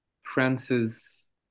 France's